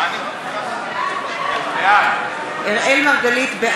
בעד אברהם נגוסה, נגד